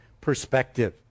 perspective